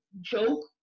joke